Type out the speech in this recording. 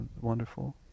Wonderful